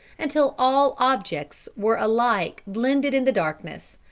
until all objects were alike blended in the darkness.